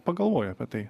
pagalvoju apie tai